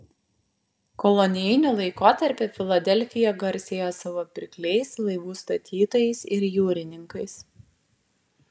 kolonijiniu laikotarpiu filadelfija garsėjo savo pirkliais laivų statytojais ir jūrininkais